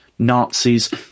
nazis